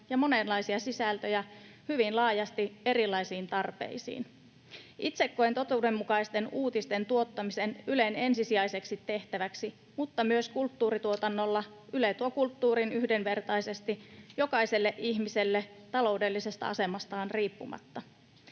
ja monenlaisia sisältöjä hyvin laajasti erilaisiin tarpeisiin. Itse koen totuudenmukaisten uutisten tuottamisen Ylen ensisijaiseksi tehtäväksi, mutta myös kulttuurituotannolla Yle tuo kulttuurin yhdenvertaisesti jokaiselle ihmiselle taloudellisesta asemasta riippumatta.